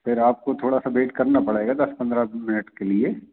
फ़िर आपको थोड़ा सा वेट करना पड़ेगा दस पन्द्रह मिनट के लिए